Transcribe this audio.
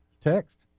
text